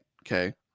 Okay